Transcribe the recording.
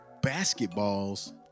basketballs